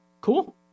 cool